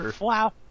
wow